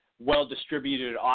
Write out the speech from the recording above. well-distributed